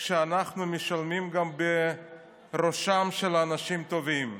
ואנחנו משלמים גם בראשם של אנשים טובים.